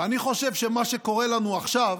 ואני חושב שמה שקורה לנו עכשיו